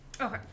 Okay